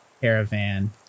caravan